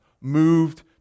Moved